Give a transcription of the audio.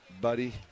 buddy